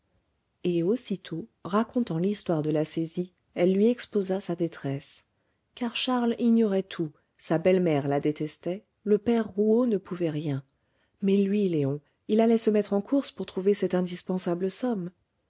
et aussitôt racontant l'histoire de la saisie elle lui exposa sa détresse car charles ignorait tout sa belle-mère la détestait le père rouault ne pouvait rien mais lui léon il allait se mettre en course pour trouver cette indispensable somme